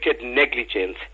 negligence